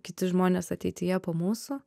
kiti žmonės ateityje po mūsų